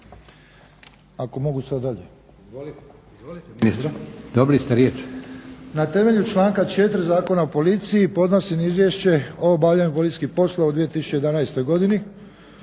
Ako mogu sad dalje.